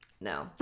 no